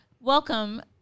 welcome